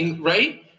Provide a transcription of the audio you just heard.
Right